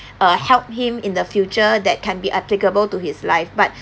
uh help him in the future that can be applicable to his life but